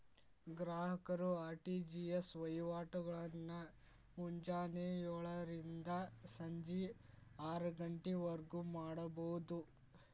ಗ್ರಾಹಕರು ಆರ್.ಟಿ.ಜಿ.ಎಸ್ ವಹಿವಾಟಗಳನ್ನ ಮುಂಜಾನೆ ಯೋಳರಿಂದ ಸಂಜಿ ಆರಗಂಟಿವರ್ಗು ಮಾಡಬೋದು